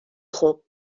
خوب